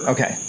Okay